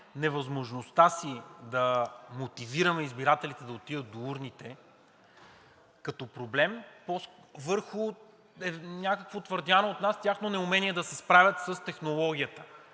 невъзможността си да мотивираме избирателите да отидат до урните като проблем върху някакво твърдяно от нас тяхно неумение да се справят с технологията.